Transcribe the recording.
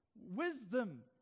Wisdom